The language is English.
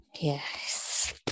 Yes